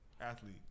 Athlete